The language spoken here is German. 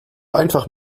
einfach